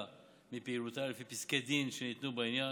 מפעילותה לפי פסקי דין שניתנו בעניין.